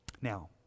Now